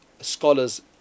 scholars